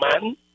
man